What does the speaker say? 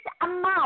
amount